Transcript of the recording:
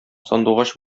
сандугач